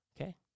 Okay